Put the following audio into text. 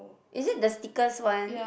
is it the stickers one